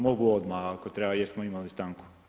Mogu odmah ako treba, jer smo imali stanku.